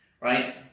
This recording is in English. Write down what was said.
right